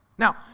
Now